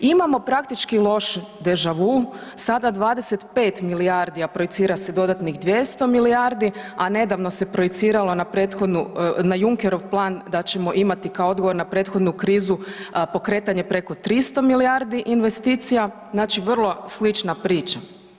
Imamo praktički lošu državu, sada 25 milijardi, a projicira se dodatnih 200 milijardi, a nedavno se projiciralo na prethodnu, na Junckerov plan da ćemo imati kao odgovor na prethodnu krizu pokretanje preko 300 milijardi investicija, znači vrlo slična priča.